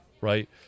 Right